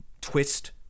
twist